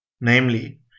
namely